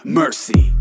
mercy